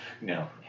no